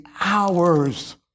hours